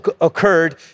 occurred